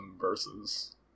versus